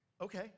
Okay